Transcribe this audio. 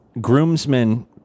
groomsmen